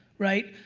right?